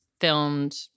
filmed